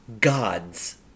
gods